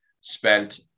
spent